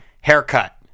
haircut